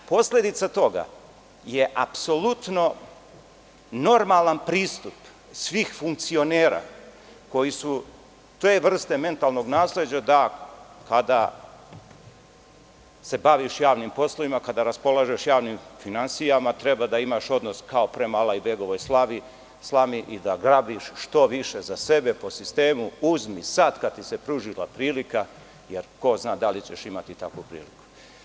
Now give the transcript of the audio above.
Posledica toga je apsolutno normalan pristup svih funkcionera koji su te vrste mentalnog nasleđa da, kada se baviš javnim poslovima, kada raspolažeš javnim finansijama treba da imaš odnos kao prema Alajbegovoj slami i da grabiš što više za sebe, po sistemu – uzmi sad kad ti se pružila prilika, jer ko zna da li ćeš imati takvu priliku.